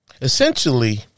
Essentially